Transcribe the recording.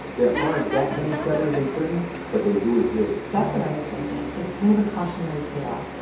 there aren't that many predators in prison, but they do exist that's what i was thinking. it's kind of a cautionary tale.